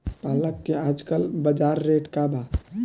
पालक के आजकल बजार रेट का बा?